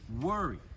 worry